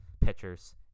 pitchers